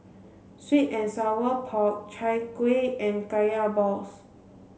sweet and sour pork Chai Kueh and Kaya balls